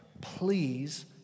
please